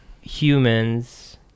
humans